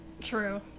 True